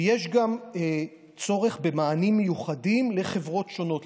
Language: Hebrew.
ויש גם צורך במענים מיוחדים לחברות שונות,